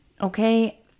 Okay